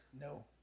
No